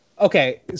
Okay